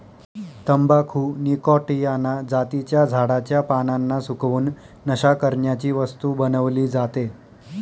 तंबाखू निकॉटीयाना जातीच्या झाडाच्या पानांना सुकवून, नशा करण्याची वस्तू बनवली जाते